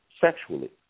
sexually